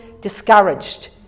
discouraged